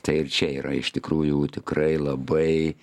tai ir čia yra iš tikrųjų tikrai labai